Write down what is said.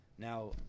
Now